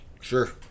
Sure